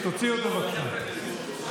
תוציאו אותו, בבקשה.